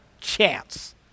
chance